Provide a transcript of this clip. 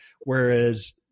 whereas